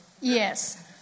yes